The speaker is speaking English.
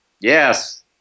Yes